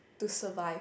to survive